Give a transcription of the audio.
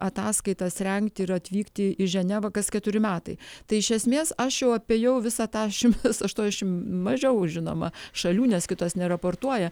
ataskaitas rengti ir atvykti į ženevą kas keturi metai tai iš esmės aš jau apėjau visą tą šimtas aštuoniasdešim mažiau žinoma šalių nes kitos neraportuoja